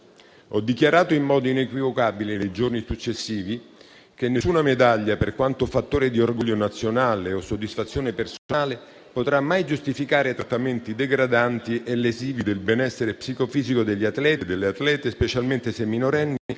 Ho dichiarato in modo inequivocabile, nei giorni successivi, che nessuna medaglia, per quanto fattore di orgoglio nazionale o soddisfazione personale, potrà mai giustificare trattamenti degradanti e lesivi del benessere psicofisico degli atleti e delle atlete, specialmente se minorenni,